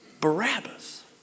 Barabbas